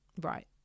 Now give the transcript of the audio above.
right